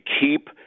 keep